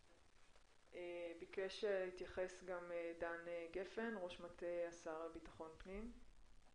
ביקש להתייחס דן גפן, ראש מטה השר לביטחון פנים.